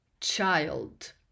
child